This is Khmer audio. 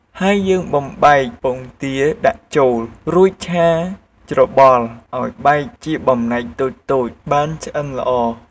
ហើយយើងបំបែកពងទាដាក់ចូល រួចឆាច្របល់ឱ្យបែកជាបំណែកតូចៗ បានឆ្អិនល្អ។